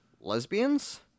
Lesbians